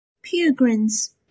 pilgrims